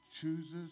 chooses